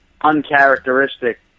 uncharacteristic